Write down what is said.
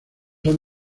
han